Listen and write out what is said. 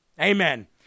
Amen